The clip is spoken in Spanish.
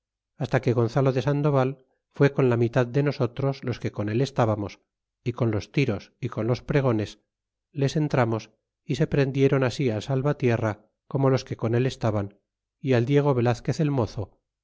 hasta que gonzalo de sandoval fué con la mitad de nosotros los que con él estbamos y con los tiros y con los pregones les entramos y se prendiéron así al salvatierra como los que con él estaban y al diego velazquez el mozo